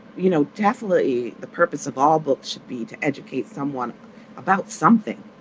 you know, definitely the purpose of all books should be to educate someone about something.